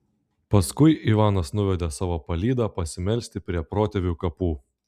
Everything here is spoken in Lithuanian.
paskui ivanas nuvedė savo palydą pasimelsti prie protėvių kapų